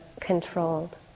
controlled